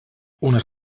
unes